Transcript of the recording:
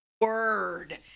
word